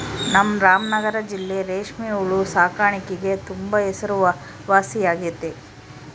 ನಮ್ ರಾಮನಗರ ಜಿಲ್ಲೆ ರೇಷ್ಮೆ ಹುಳು ಸಾಕಾಣಿಕ್ಗೆ ತುಂಬಾ ಹೆಸರುವಾಸಿಯಾಗೆತೆ